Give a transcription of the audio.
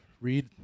read